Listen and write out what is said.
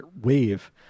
Wave